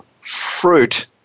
fruit